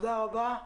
תודה רבה.